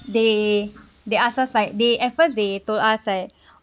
they they ask us like they at first they told us like